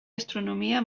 astronomia